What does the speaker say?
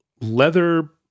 leather